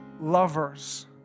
lovers